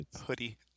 hoodie